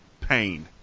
pain